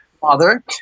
father